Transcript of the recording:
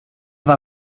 war